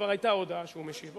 כבר היתה הודעה שהוא משיב.